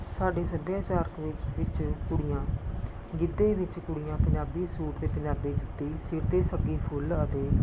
ਸਾਡੇ ਸੱਭਿਆਚਾਰਕ ਵਿੱਚ ਕੁੜੀਆਂ ਗਿੱਧੇ ਵਿੱਚ ਕੁੜੀਆਂ ਪੰਜਾਬੀ ਸੂਟ ਅਤੇ ਪੰਜਾਬੀ ਜੁੱਤੀ ਸਿਰ 'ਤੇ ਸੱਗੀ ਫੁੱਲ ਅਤੇ